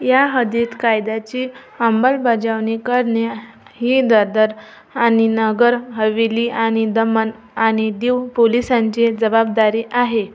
या हद्दीत कायद्याची अंमलबजावणी करणे ही दादर आणि नगर हवेली आणि दमन आणि दीव पोलिसांची जबाबदारी आहे